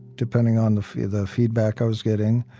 depending on the feedback feedback i was getting.